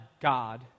God